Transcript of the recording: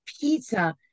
pizza